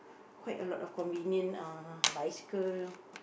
quite a lot of convenient uh bicycle